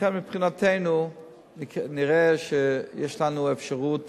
ולכן מבחינתנו נראה שיש לנו אפשרות